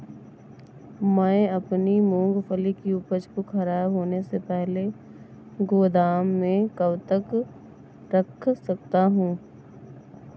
मैं अपनी मूँगफली की उपज को ख़राब होने से पहले गोदाम में कब तक रख सकता हूँ?